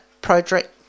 project